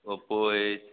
Oppo अछि